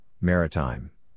Maritime